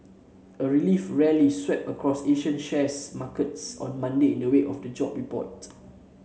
a relief rally swept across Asian share markets on Monday in the wake of the jobs report